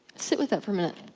sit with that for a minute.